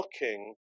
looking